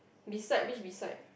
beside which beside